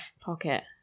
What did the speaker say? pocket